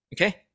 Okay